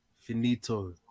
Finito